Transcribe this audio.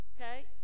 okay